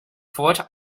foot